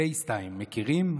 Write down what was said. פייסטיים, מכירים?